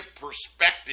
perspective